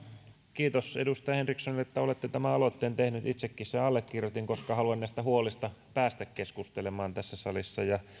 kiitos edustaja henrikssonille että olette tämän aloitteen tehnyt itsekin sen allekirjoitin koska haluan näistä huolista päästä keskustelemaan tässä salissa ja